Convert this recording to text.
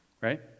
right